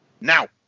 now